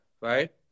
Right